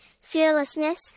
fearlessness